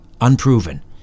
unproven